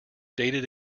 dated